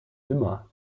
immer